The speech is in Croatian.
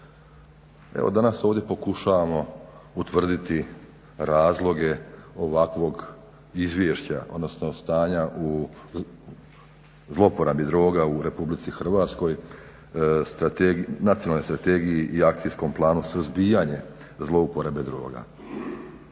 Evo danas ovdje pokušavamo utvrditi razloge ovakvog izvješća odnosno stanja u zlouporabi droga u Republici Hrvatskoj, Nacionalnoj strategiji i Akcijskom planu suzbijanja zlouporabe droga.